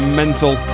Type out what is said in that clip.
mental